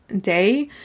day